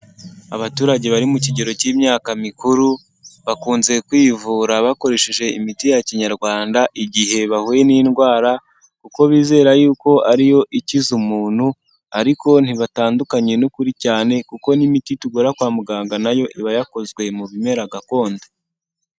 Abaturage bari mu kigero cy'imyaka mikuru, bakunze kwivura bakoresheje imiti ya kinyarwanda, igihe bahuye n'indwara kuko bizera yuko ariyo ikiza umuntu ariko ntibatandukanye n'ukuri cyane kuko n'imiti tugura kwa muganga nayo iba yakozwe mu bimera gakondo.